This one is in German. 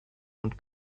und